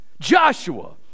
Joshua